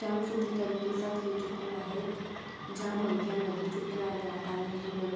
जाम सुठे तरीक़े सां थी चुको आहे जाम अॻियां वधी चुकियो आहे वापार में सूरत